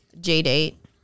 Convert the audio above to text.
J-date